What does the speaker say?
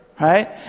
right